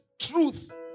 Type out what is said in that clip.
truth